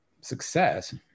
success